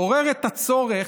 עורר את הצורך